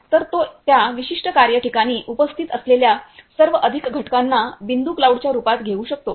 तर तो त्या विशिष्ट कार्य ठिकाणी उपस्थित असलेल्या सर्व अधिक घटकांना बिंदू क्लाऊड च्या रूपात घेऊ शकतो